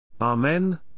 Amen